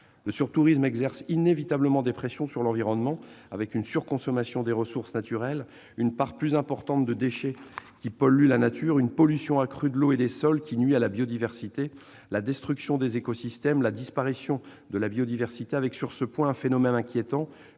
Le sur-tourisme exerce inévitablement des pressions sur l'environnement, avec une surconsommation des ressources naturelles, une part plus importante de déchets dans la nature, une pollution accrue de l'eau et des sols qui nuit à la biodiversité, la destruction des écosystèmes, la disparition de la biodiversité. Sur ce dernier point, un phénomène inquiétant